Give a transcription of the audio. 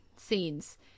scenes